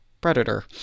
Predator